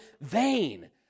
vain